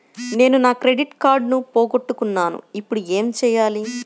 నేను నా క్రెడిట్ కార్డును పోగొట్టుకున్నాను ఇపుడు ఏం చేయాలి?